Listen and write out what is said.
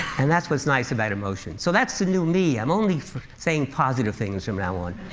and that's what's nice about emotion. so that's the new me. i'm only saying positive things from now on.